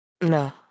No